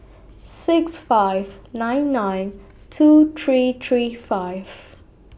six five nine nine two three three five